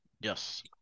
Yes